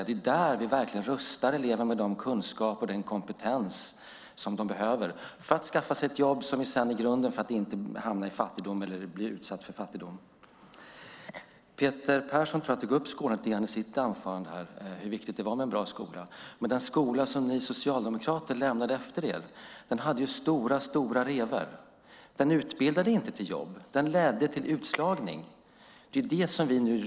Det är där vi rustar eleverna med den kunskap och kompetens de behöver för att skaffa sig ett jobb som ju är grunden för att inte hamna i fattigdom. Peter Persson tog i sitt anförande upp hur viktigt det är med en bra skola. Men den skola som ni socialdemokrater lämnade efter er hade stora brister. Den utbildade inte till jobb; den ledde till utslagning. Det restaurerar vi nu.